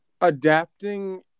adapting